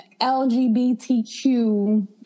LGBTQ